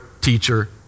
teacher